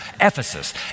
Ephesus